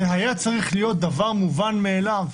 זה היה צריך להיות דבר מובן מאליו.